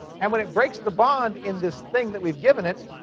and when it breaks the bond in this thing that we've given it,